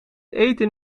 eten